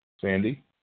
sandy